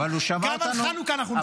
גם על חנוכה אנחנו נדבר.